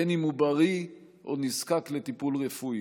בין שהוא בריא ובין שהוא נזקק לטיפול רפואי.